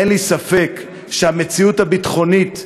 אין לי ספק שהמציאות הביטחונית,